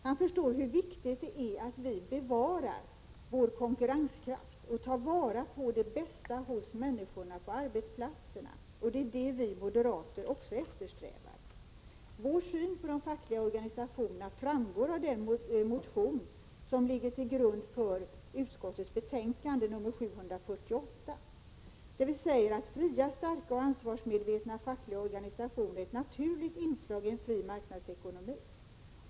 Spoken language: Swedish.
Han förstår hur viktigt det är att vi bevarar vår konkurrenskraft och tar vara på det bästa hos människorna på arbetsplatserna — och det är det vi moderater också eftersträvar. Vår syn på de fackliga organisationerna framgår av en motion som ligger till grund för utskottets betänkande, motion 1985/86:A748. Där säger vi: ”Fria, starka och ansvarsmedvetna fackliga organisationer är ett naturligt inslag i en fri marknadsekonomi.